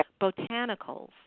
botanicals